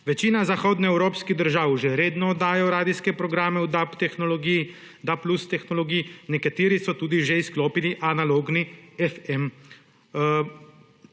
Večina zahodnoevropskih držav že resno oddajajo radijske programe v DAB tehnologiji, DAB+ tehnologiji, nekateri so tudi že izklopili analogno FM oddajanje